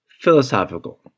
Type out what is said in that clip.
philosophical